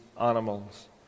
animals